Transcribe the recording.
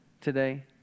today